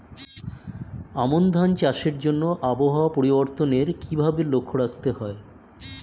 আমন ধান চাষের জন্য আবহাওয়া পরিবর্তনের কিভাবে লক্ষ্য রাখতে হয়?